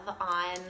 on